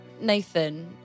Nathan